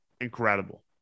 incredible